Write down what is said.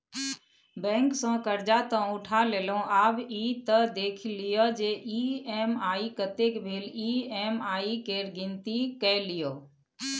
bank सँ करजा तँ उठा लेलहुँ आब ई त देखि लिअ जे ई.एम.आई कतेक भेल ई.एम.आई केर गिनती कए लियौ